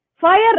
Fire